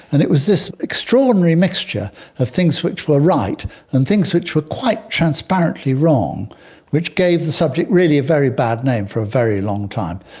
and it was this extraordinary mixture of things which were right and things which were quite transparently wrong which gave the subject really a very bad name for a very long time,